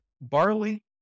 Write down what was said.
barley